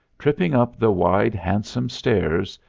tripping up the wide, handsome stairs,